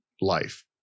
life